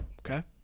Okay